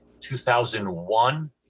2001